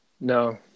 No